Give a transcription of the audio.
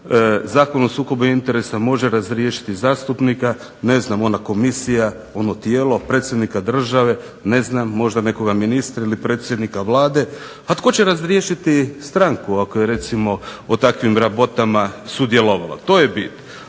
Zakon o sukobu interesa može razriješiti zastupnika, ne znam ona komisija, ono tijelo, predsjednika države. Ne znam, možda nekoga ministra ili predsjednika Vlade. A tko će razriješiti stranku ako je recimo u takvim rabotama sudjelovala? To je bit.